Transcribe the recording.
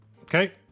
Okay